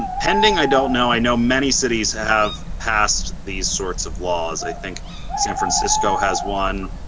and pending, i don't know. i know many cities have passed these sorts of laws. i think san francisco has one.